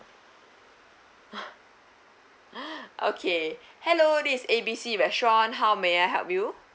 okay hello this is A B C restaurant how may I help you